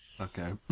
Okay